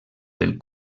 del